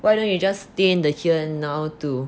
why don't you just stay in the here and now to